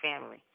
family